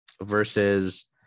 versus